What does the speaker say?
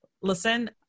listen